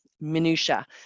minutiae